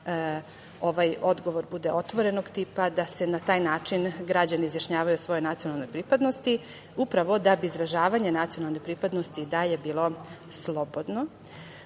ovaj odgovor bude otvorenog tipa, da se na taj način građani izjašnjavaju o svojoj nacionalnoj pripadnosti? Upravo da bi izražavanje nacionalne pripadnosti i dalje bilo slobodno.